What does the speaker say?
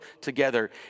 together